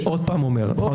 אני עוד פעם אומר,